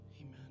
Amen